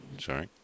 sorry